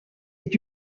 est